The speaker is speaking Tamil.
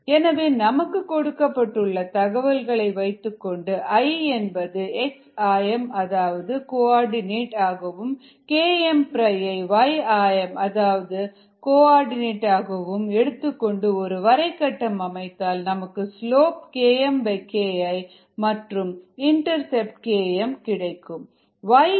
எனவே நமக்குக் கொடுக்கப்பட்டுள்ள தகவல்களை வைத்துக்கொண்டு I என்பது x ஆயம் அதாவது கோஆர்டினேட் ஆகவும் Km ஐ y ஆயம் அதாவது கோஆர்டினேட் ஆகவும் எடுத்துக்கொண்டு ஒரு வரை கட்டம் அமைத்தால் நமக்கு ஸ்லோப் KmKI மற்றும் இன்டர்செப்ட் Kmகிடைக்கும்